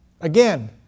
again